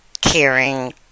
caring